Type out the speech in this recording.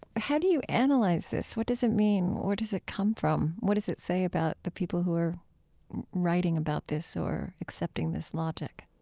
how do you analyze this? what does it mean? where does it come from? what does it say about the people who are writing about this or accepting this logic?